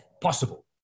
possible